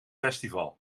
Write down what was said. festival